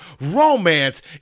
romance